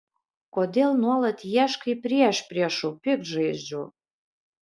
kodėl nuolat ieškai priešpriešų piktžaizdžių